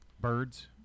Birds